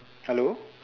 hello